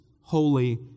holy